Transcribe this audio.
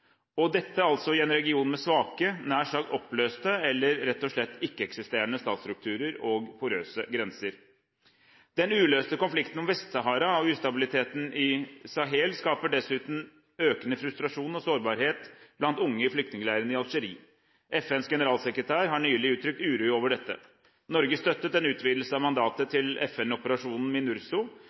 og dette i en region med svake, nær sagt oppløste, eller rett og slett ikke-eksisterende, statsstrukturer og porøse grenser. Den uløste konflikten om Vest-Sahara og ustabiliteten i Sahel skaper dessuten økende frustrasjon og sårbarhet blant unge i flyktningeleirene i Algerie. FNs generalsekretær har nylig uttrykt uro over dette. Norge støttet en utvidelse av mandatet til FN-operasjonen MINURSO,